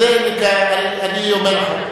אני אומר לך,